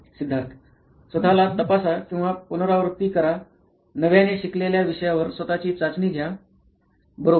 सिद्धार्थ स्वत ला तपासा किंवा पुनरावृत्ती करा नव्याने शिकलेल्या विषयावर स्वत ची चाचणी घ्या बरोबर